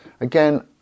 Again